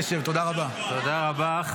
תודה רבה.